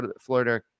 Florida